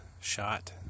shot